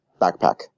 backpack